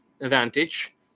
advantage